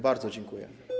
Bardzo dziękuję.